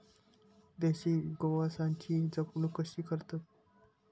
देशी गोवंशाची जपणूक कशी करतत?